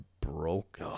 broke